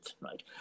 right